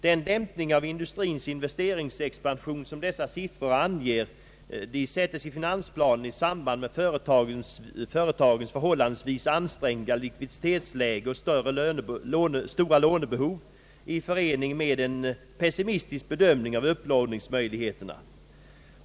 Den dämpning av industriens in vesteringsexpansion som dessa siffror anger sättes i finansplanen i samband med = företagens förhållandevis <ansträngda likviditetsläge och stora lånebehov i förening med en pessimistisk bedömning av upplåningsmöjligheterna.